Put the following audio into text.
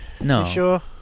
No